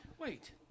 Wait